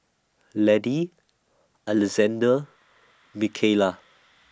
Laddie Alexandr Mikaila